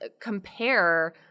compare